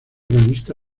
lista